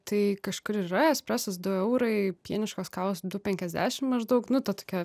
tai kažkur ir yra espresas du eurai pieniškos kavos du penkiasdešim maždaug nu ta tokia